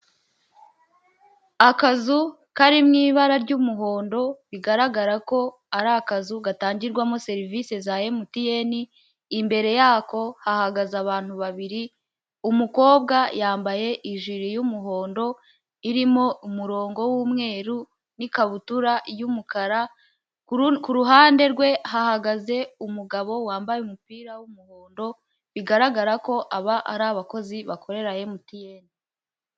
Akazu kari mu ibara ry'umuhondo bigaragara ko ari akazu gatangirwamo serivisi za Emutiyene, imbere yako hahagaze abantu babiri umukobwa yambaye ijiri y'umuhondo, irimo umurongo w'umweru, n'ikabutura y'umukara, ku ruhande rwe hahagaze umugabo wambaye umupira w'umuhondo, bigaragara ko aba ari abakozi bakorera Emutiyene .